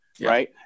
right